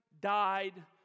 died